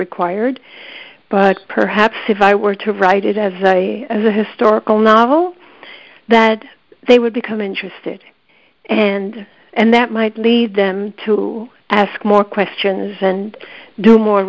required but perhaps if i were to write it as i as a historical novel that they would become interested and and that might lead them to ask more questions and do more